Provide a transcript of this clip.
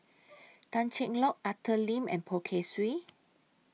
Tan Cheng Lock Arthur Lim and Poh Kay Swee